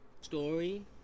story